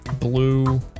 blue